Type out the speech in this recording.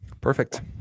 Perfect